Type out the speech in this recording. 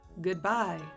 goodbye